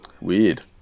Weird